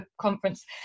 Conference